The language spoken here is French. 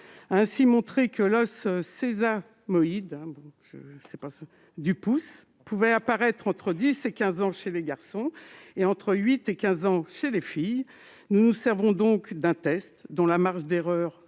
a ainsi montré que l'os sésamoïde du pouce pouvait apparaître entre 10 et 15 ans chez les garçons et entre 8 et 15 ans chez les filles. Nous utilisons donc un test dont la marge d'erreur,